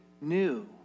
new